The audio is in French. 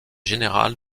général